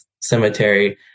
cemetery